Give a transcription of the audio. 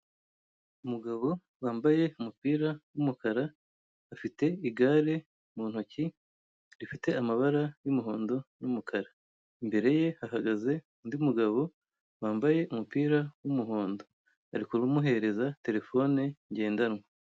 Umugabo wambaye umupira w'umukara afite ugare mu ntoki, rifite amabara y'umuhondo n'umukara imbere ye hahagaze undi mugabo wambaye umupira w'umuhondo ari kumuhereza terefone ngendanwa.